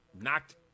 knocked